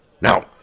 Now